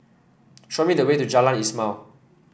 show me the way to Jalan Ismail